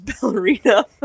ballerina